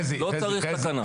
לא צריך תקנה.